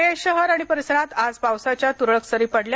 पुणे शहर आणि परिसरात आज पावसाच्या तुरळक सरी पडल्या